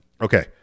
Okay